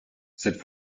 cette